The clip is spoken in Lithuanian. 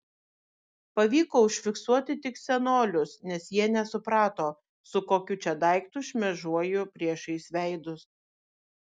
pavyko užfiksuoti tik senolius nes jie nesuprato su kokiu čia daiktu šmėžuoju priešais veidus